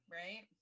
right